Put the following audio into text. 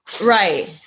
Right